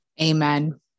Amen